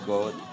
God